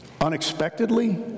unexpectedly